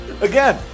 Again